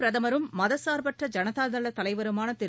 பிரகமரும் மதச்சார்பற்ற ஐனதாதளதலைவருமானதிரு